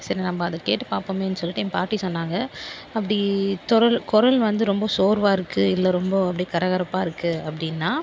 சரி நம்ப அதை கேட்டு பார்ப்போமேன்னு சொல்லிட்டு ஏன் பாட்டி சொன்னாங்க அப்படி குரல் குரல் வந்து ரொம்ப சோர்வாக இருக்கு இல்லை ரொம்ப அப்படி கரகரப்பாக இருக்கு அப்படின்னா